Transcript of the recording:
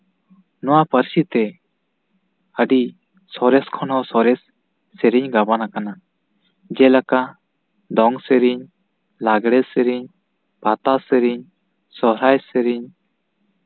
ᱱᱚᱣᱟ ᱯᱟᱹᱨᱥᱤᱛᱮ ᱟᱹᱰᱤ ᱥᱚᱨᱮᱥ ᱠᱷᱚᱱ ᱦᱚᱸ ᱥᱚᱨᱮᱥ ᱥᱮᱨᱮᱧ ᱜᱟᱵᱟᱱ ᱟᱠᱟᱱᱟ ᱡᱮᱞᱮᱠᱟ ᱫᱚᱝ ᱥᱮᱨᱮᱧ ᱞᱟᱜᱽᱲᱮ ᱥᱮᱨᱮᱧ ᱯᱟᱛᱟ ᱥᱮᱨᱮᱧ ᱥᱚᱦᱨᱟᱭ ᱥᱮᱨᱮᱧ